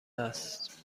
است